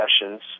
sessions